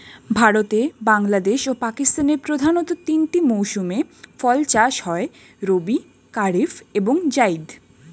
ভারতে, বাংলাদেশ ও পাকিস্তানের প্রধানতঃ তিনটি মৌসুমে ফসল চাষ হয় রবি, কারিফ এবং জাইদ